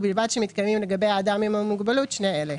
ובלבד שמתקיימים לגבי האדם עם המוגבלות שני אלה: